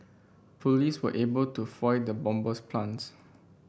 police were able to foil the bomber's plans